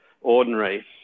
ordinary